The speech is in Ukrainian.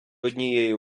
однією